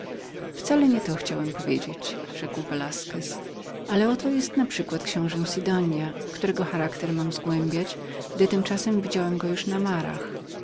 wcale nie to chciałem powiedzieć rzekł velasquez ale oto jest naprzykład książe sidonia którego charakter mam zgłębiać gdy tymczasem widziałem go już